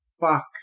Fuck